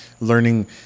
learning